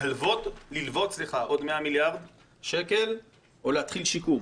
ללוות עוד 100 מיליארד שקל או להתחיל שיקום.